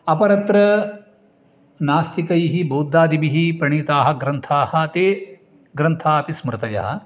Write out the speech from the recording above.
अपरत्र नास्तिकैः बौद्धादिभिः प्रणीताः ग्रन्थाः ते ग्रन्थाः अपि स्मृतयः